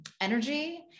energy